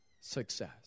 success